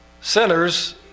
sinners